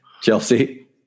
Chelsea